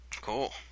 Cool